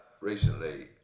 recently